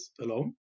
alone